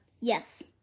Yes